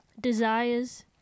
desires